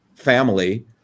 family